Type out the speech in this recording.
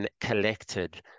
collected